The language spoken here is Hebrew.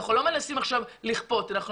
אנחנו לא מנסים עכשיו לכפות אלא אנחנו